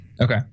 Okay